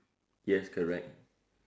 yes correct